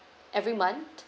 every month